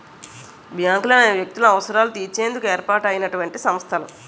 బ్యాంకులనేవి వ్యక్తుల అవసరాలు తీర్చేందుకు ఏర్పాటు అయినటువంటి సంస్థలు